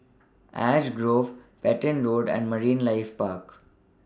Ash Grove Petain Road and Marine Life Park